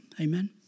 Amen